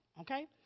okay